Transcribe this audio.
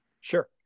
Sure